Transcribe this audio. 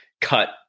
cut